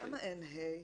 למה אין (ה)?